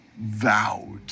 vowed